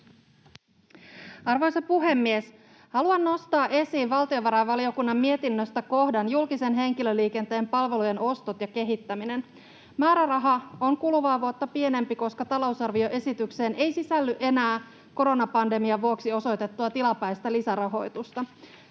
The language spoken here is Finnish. Arvoisa puhemies! Haluan nostaa esiin valtiovarainvaliokunnan mietinnöstä kohdan ”Julkisen henkilöliikenteen palvelujen ostot ja kehittäminen”. Määräraha on kuluvaa vuotta pienempi, koska talousarvioesitykseen ei sisälly enää koronapandemian vuoksi osoitettua tilapäistä lisärahoitusta.